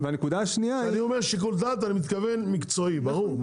כשאני אומר שיקול דעת אני מתכוון מקצועי ברור,